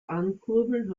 ankurbeln